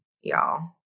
y'all